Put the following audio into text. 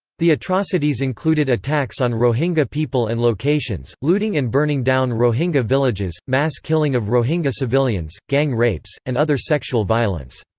the atrocities included attacks on rohingya people and locations, looting and burning down rohingya villages, mass killing of rohingya civilians, gang rapes, and other sexual violence.